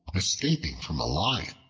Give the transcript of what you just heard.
escaping from a lion,